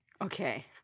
Okay